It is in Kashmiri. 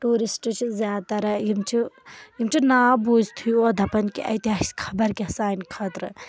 ٹوٗرِسٹ چھِ زیادٕ تَران یِم چھِ یِم چھ ناو بوٗزۍتھے یوٚت دَپان کہِ اَتہِ آسہِ خبر کیٚاہ سانہِ خٲطرٕ